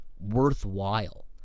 worthwhile